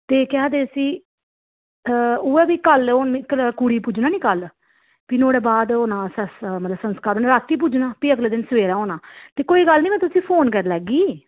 ते केह् आक्खदे इसी अऽ उ'ऐ भी कल हून कुड़ी पुज्जना नी कल भी नोहाड़े बाद होना संस मतलब संस्कार रातीं पुज्जना भी अगले दिन सवेरे होना ते कोई गल्ल निं में तु'सें गी फोन करी लैग्गी